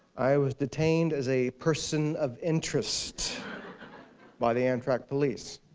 i was detained as a person of interest by the amtrak police.